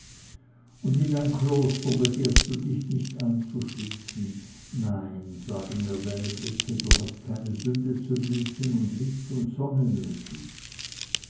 und in ein kloster begehrst du dich nicht einzuschließen nein sagen mir deine blicke du hast keine sünde zu büßen und licht und sonne nötig